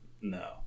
No